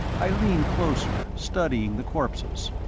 i leaned closer, studying the corpses.